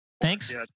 thanks